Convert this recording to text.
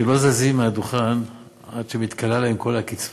שלא זזים מהדוכן עד שמתכלה להם כל הקצבה,